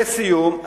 לסיום,